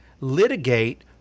litigate